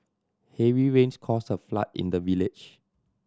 heavy rains caused a flood in the village